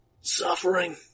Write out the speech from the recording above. ...suffering